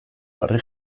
harri